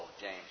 James